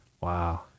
Wow